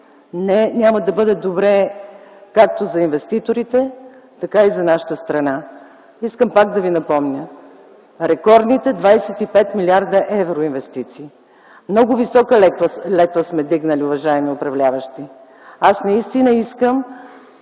няма да бъде добре както за инвеститорите, така и за нашата страна. Искам пак да Ви напомня рекордните 25 милиарда евро инвестиции. Много висока летва сме вдигнали, уважаеми управляващи. Аз наистина искам